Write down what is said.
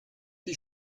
die